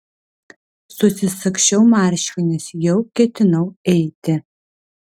susisagsčiau marškinius jau ketinau eiti